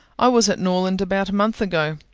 i was at norland about a month ago.